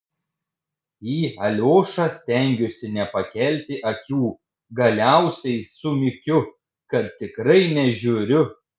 į aliošą stengiuosi nepakelti akių galiausiai sumykiu kad tikrai nežiūriu